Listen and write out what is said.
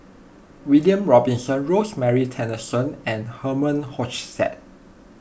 William Robinson Rosemary Tessensohn and Herman Hochstadt